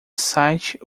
site